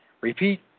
Repeat